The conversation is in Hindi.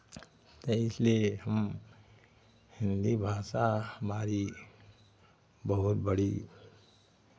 तो इसलिए हम हिन्दी भाषा हमारी बहुत बड़ी